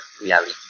reality